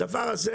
הדבר הזה,